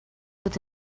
with